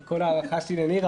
עם כל ההערכה שלי לנירה.